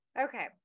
Okay